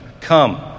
Come